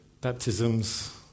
baptisms